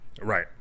Right